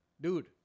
Dude